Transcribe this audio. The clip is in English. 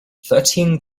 thirteen